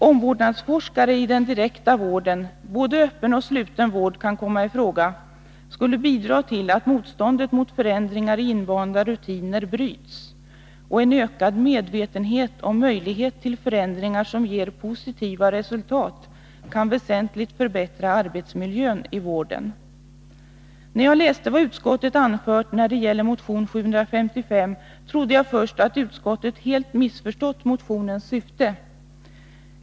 Omvårdnadsforskare i den direkta vården — både öppen och sluten vård kan komma i fråga — skulle bidra till att motståndet mot förändringar i invanda rutiner bryts, och en ökad Utbildning för medvetenhet om möjlighet till förändringar som ger positiva resultat kan väsentligen förbättra arbetsmiljön i vården. När jag läste vad utskottet anfört när det gäller motion 755 trodde jag först att utskottet helt missförstått motionens syfte.